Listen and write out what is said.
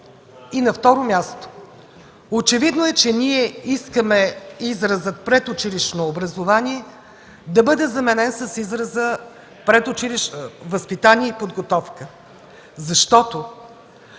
На второ място, очевидно е, че ние искаме изразът „предучилищно образование” да бъде заменен с израза „предучилищно възпитание и подготовка”, защото